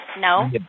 No